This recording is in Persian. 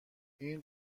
این